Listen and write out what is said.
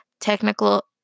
technical